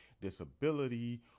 disability